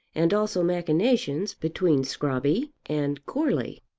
and also machinations between scrobby and goarly.